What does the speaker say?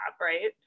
right